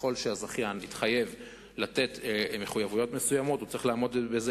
שככל שהזכיין התחייב במחויבויות מסוימות הוא צריך לעמוד בהן,